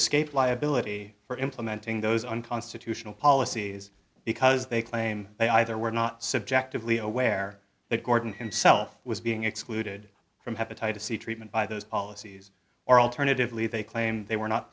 escape liability for implementing those unconstitutional policies because they claim they either were not subjectively aware that gordon himself was being excluded from hepatitis c treatment by those policies or alternatively they claim they were not